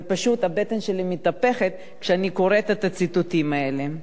ופשוט הבטן שלי מתהפכת כשאני קוראת את הציטוטים האלה.